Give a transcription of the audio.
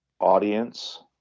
Audience